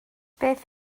beth